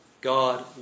God